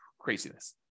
Craziness